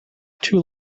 two